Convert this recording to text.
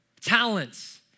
Talents